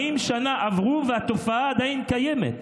40 שנה עברו והתופעה עדיין קיימת.